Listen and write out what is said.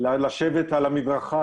לשבת על המדרכה,